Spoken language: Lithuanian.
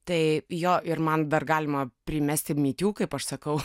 tai jo ir man dar galima primesti me too kaip aš sakau